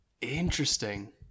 Interesting